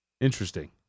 Interesting